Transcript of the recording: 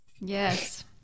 Yes